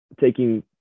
taking